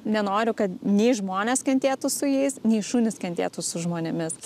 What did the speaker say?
nenoriu kad nei žmonės kentėtų su jais nei šunys kentėtų su žmonėmis